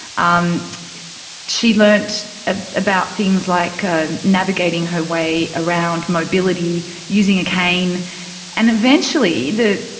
um she learnt ah about things like navigating her way around, mobility, using a cane and eventually the,